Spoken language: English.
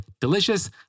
delicious